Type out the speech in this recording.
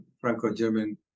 Franco-German